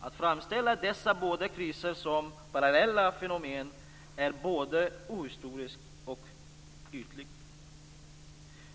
Att framställa dessa båda kriser som parallella fenomen är både ohistoriskt och ytligt.